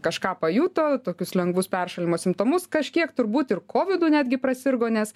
kažką pajuto tokius lengvus peršalimo simptomus kažkiek turbūt ir kovidu netgi prasirgo nes